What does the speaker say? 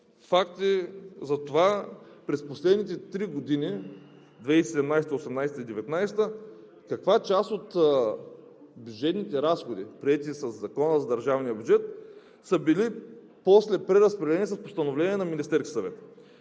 факти за това. През последните три години – 2017-а, 2018-а и 2019 г., каква част от бюджетните разходи, приети със Закона за държавния бюджет, са били преразпределени после с постановление на Министерския съвет?